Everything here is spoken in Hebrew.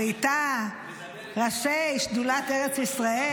ואיתה ראשי שדולת ארץ ישראל,